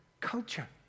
culture